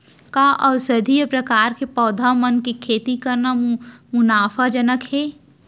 का औषधीय प्रकार के पौधा मन के खेती करना मुनाफाजनक हे?